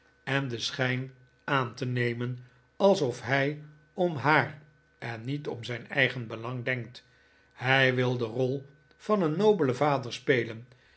en den schijn aan te nemen alsof hij om haar en niet om zijn eigen belang denkt hij wil de rol van een nobelen vader spelen